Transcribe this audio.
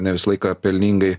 ne visą laiką pelningai